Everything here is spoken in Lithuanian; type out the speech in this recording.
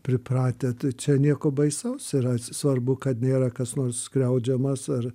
pripratę tai čia nieko baisaus yra svarbu kad nėra kas nors skriaudžiamas ar